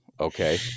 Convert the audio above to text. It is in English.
Okay